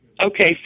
Okay